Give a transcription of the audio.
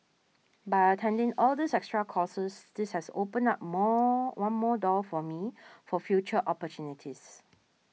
by attending all these extra courses this has opened up more one more door for me for future opportunities